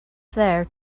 there